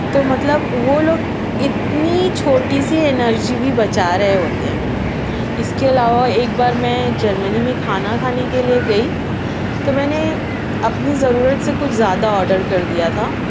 تو مطلب وہ لوگ اتنی چھوٹی سی اینرجی بھی بچا رہے ہوتے ہیں اِس کے علاوہ ایک بار میں جرمنی میں کھانا کھانے کے لئے گئی تو میں نے اپنی ضرورت سے کچھ زیادہ آرڈر کر دیا تھا